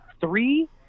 three